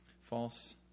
false